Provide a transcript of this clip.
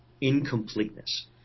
incompleteness